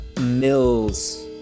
Mills